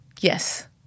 Yes